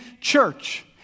church